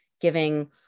giving